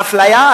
מאפליה,